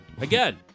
Again